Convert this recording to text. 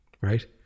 Right